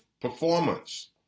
performance